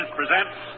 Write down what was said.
presents